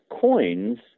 coins